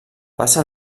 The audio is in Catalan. passa